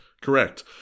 Correct